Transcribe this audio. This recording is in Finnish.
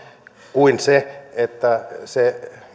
kuin se että